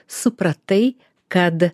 supratai kad